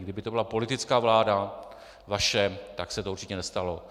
Kdyby to byla politická vláda, vaše, tak se to určitě nestalo.